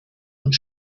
und